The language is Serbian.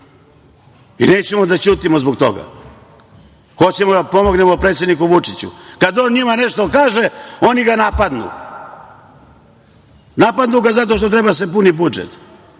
i nećemo da ćutimo zbog toga. Hoćemo da pomognemo predsedniku Vučiću. Kada on njima nešto kaže, oni ga napadnu. Napadnu ga zato što treba da se puni budžet,